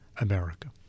America